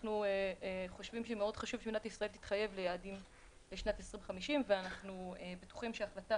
חשוב מאוד שמדינת ישראל תתחייב ליעדים לשנת 2050 ואנחנו בטוחים שהחלטה